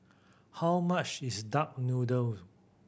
how much is duck noodle